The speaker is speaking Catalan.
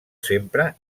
sempre